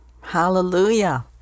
Hallelujah